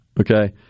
okay